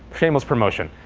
shameless promotion.